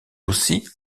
aussi